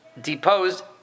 deposed